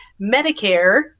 Medicare